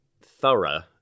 thorough